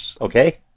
Okay